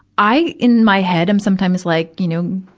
i, in my head, i'm sometimes like, you know,